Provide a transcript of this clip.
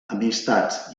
amistats